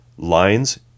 lines